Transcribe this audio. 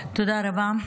תודה רבה,